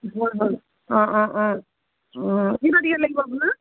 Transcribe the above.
হয় হয় অঁ অঁ অঁ অঁ কেইটা টিকেট লাগিব আপোনাক